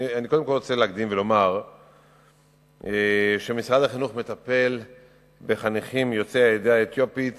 אני רוצה להקדים ולומר שמשרד החינוך מטפל בחניכים יוצאי העדה האתיופית